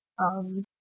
um